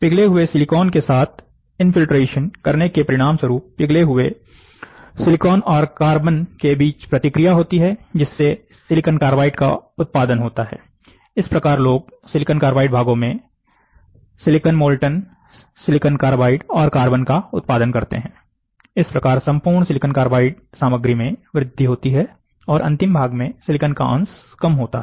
पिघले हुए सिलिकॉन के साथ इनफील्ट्रेशन करने के परिणाम स्वरूप पिघले हुए Si और कार्बन के बीच प्रतिक्रिया होती है जिससे SiC का उत्पादन होता है इस प्रकार लोग SiC भागों Si मोल्टन SiC और कार्बन का उत्पादन करते हैं इस प्रकार संपूर्ण SiC सामग्री में वृद्धि होती है और अंतिम भाग में Si का अंश कम होता है